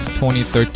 2013